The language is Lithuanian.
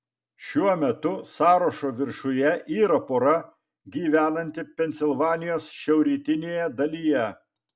šiuo metu sąrašo viršuje yra pora gyvenanti pensilvanijos šiaurrytinėje dalyje